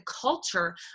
culture